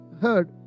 heard